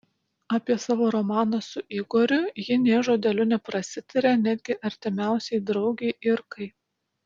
apie savo romaną su igoriu ji nė žodeliu neprasitarė netgi artimiausiai draugei irkai